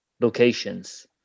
locations